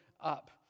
up